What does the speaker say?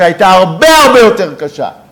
שהייתה הרבה הרבה יותר קשה,